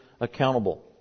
accountable